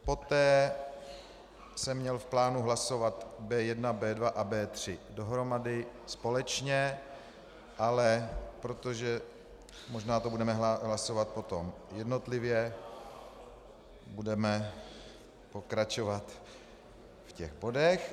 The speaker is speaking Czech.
Poté jsem měl v plánu hlasovat B1, B2 a B3 dohromady, společně, ale protože možná to budeme hlasovat potom jednotlivě, budeme pokračovat v těch bodech.